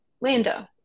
Lando